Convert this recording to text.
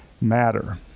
matter